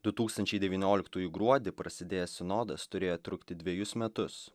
du tūkstančiai devynioliktųjų gruodį prasidėjęs sinodas turėjo trukti dvejus metus